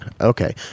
Okay